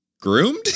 groomed